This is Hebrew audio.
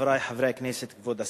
חברי חברי הכנסת, כבוד השר,